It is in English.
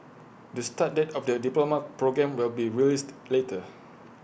the start date of the diploma programme will be released later